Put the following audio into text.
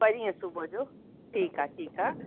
परींहं सुबह जो ठीकु आहे ठीकु आहे